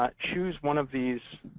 ah choose one of these